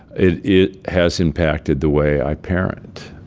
it it has impacted the way i parent.